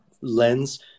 lens